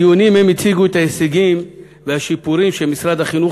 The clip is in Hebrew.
בדיונים הם הציגו את ההישגים והשיפורים של משרד החינוך